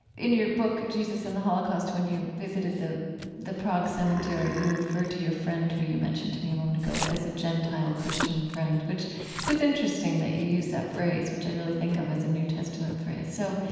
in your book jesus and the holocaust when you visited the the prague cemetery, you referred to your friend who you mentioned to me a moment ago, as a gentile christian friend, which is interesting that you use that phrase, which i really think of as a new testament phrase so